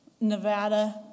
Nevada